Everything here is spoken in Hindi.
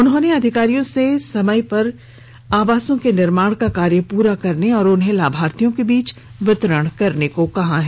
उन्होंने अधिकारियों से समय पर आवासों के निर्माण का कार्य पूरा करने और उन्हें लाभार्थियों के बीच वितरण करने को भी कहा है